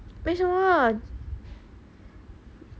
为什么